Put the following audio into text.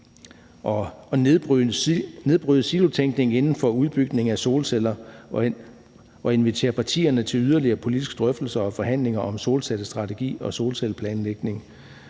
at nedbryde silotænkningen inden for udbygningen af solceller og om at invitere partierne til yderligere politiske drøftelser og forhandlingen om en strategi for solceller og planlægning